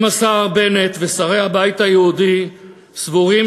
אם השר בנט ושרי הבית היהודי סבורים